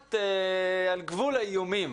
כמעט על גבול האיומים,